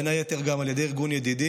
בין היתר גם על ידי ארגון ידידים.